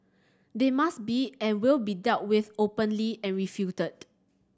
they must be and will be dealt with openly and refuted